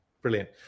brilliant